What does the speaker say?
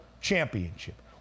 championship